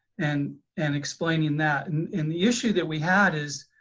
and and explaining that and and the issue that we had is,